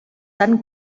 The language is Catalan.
tan